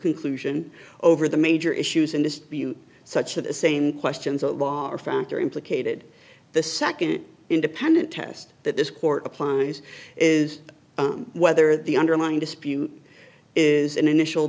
conclusion over the major issues and as such the same questions of law or fact are implicated the second independent test that this court applies is whether the underlying dispute is an initial